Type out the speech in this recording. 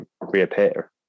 reappear